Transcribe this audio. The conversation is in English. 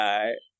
right